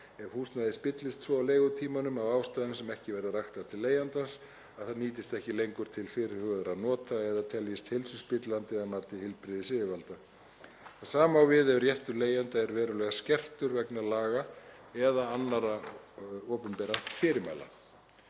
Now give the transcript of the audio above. ef húsnæði spillist svo á leigutímanum, af ástæðum sem ekki verða raktar til leigjandans, að það nýtist ekki lengur til fyrirhugaðra nota eða telst heilsuspillandi að mati heilbrigðisyfirvalda. Hið sama á við ef réttur leigjanda er verulega skertur vegna laga eða annarra opinberra fyrirmæla.